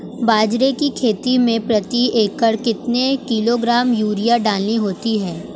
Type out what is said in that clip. बाजरे की खेती में प्रति एकड़ कितने किलोग्राम यूरिया डालनी होती है?